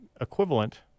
equivalent